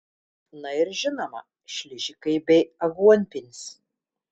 na ir žinoma šližikai bei aguonpienis